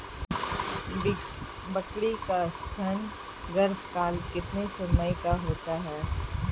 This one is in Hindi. बकरी का औसतन गर्भकाल कितने समय का होता है?